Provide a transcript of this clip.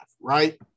Right